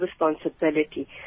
responsibility